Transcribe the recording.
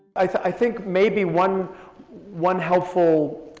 i think maybe one one helpful